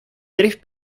tres